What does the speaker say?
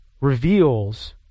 reveals